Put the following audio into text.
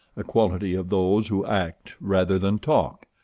a quality of those who act rather than talk.